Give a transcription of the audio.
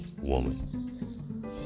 woman